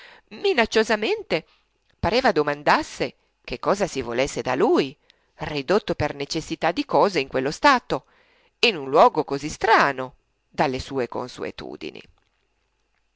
bassa minacciosamente pareva domandasse che cosa si volesse da lui ridotto per necessità di cose in quello stato in un luogo così strano dalle sue consuetudini